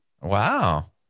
Wow